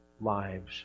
lives